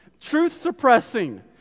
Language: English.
truth-suppressing